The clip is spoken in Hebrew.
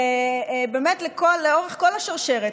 באמת לאורך כל השרשרת,